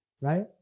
right